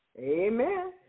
Amen